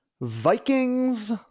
Vikings